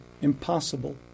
impossible